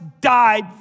died